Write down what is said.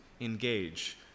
engage